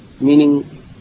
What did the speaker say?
meaning